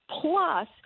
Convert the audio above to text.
plus